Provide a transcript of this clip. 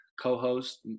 co-host